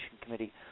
Committee